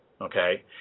Okay